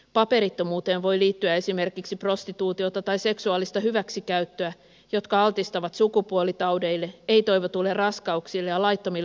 paperittomuuteen voi liittyä esimerkiksi prostituutiota tai seksuaalista hyväksikäyttöä jotka altistavat sukupuolitaudeille ei toivotuille raskauksille ja laittomille aborteille